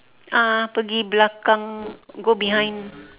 ah pergi belakang go behind